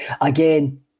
Again